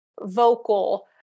vocal